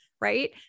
right